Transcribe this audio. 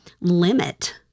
limit